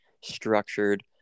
structured